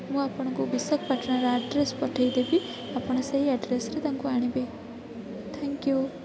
ମୁଁ ଆପଣଙ୍କୁ ବିଶାଖପାଟଣାର ଆଡ଼୍ରେସ୍ ପଠାଇ ଦେବି ଆପଣ ସେହି ଆଡ଼୍ରେସ୍ରେ ତାଙ୍କୁ ଆଣିବେ ଥାଙ୍କ୍ ୟୁ